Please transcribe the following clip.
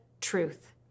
truth